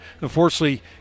unfortunately